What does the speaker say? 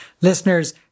listeners